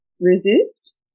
resist